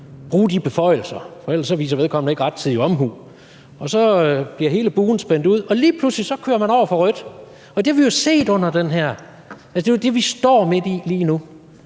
bruge de beføjelser, for ellers viser vedkommende ikke rettidig omhu, og så bliver hele buen spændt ud, og lige pludselig kører man over for rødt. Det er jo det, vi står midt i lige nu,